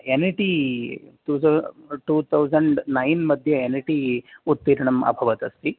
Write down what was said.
N E T टुद् two thousand nine मध्ये N E T उत्तीर्णम् अभवत् अस्ति